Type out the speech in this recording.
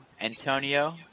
antonio